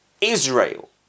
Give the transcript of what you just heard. Israel